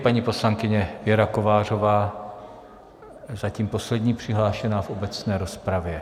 Paní poslankyně Věra Kovářová, zatím poslední přihlášená v obecné rozpravě.